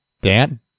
Dan